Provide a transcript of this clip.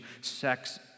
sex